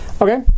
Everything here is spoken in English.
Okay